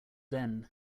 then